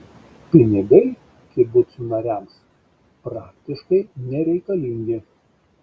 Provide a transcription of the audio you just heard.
pinigai kibucų nariams praktiškai nereikalingi